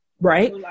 right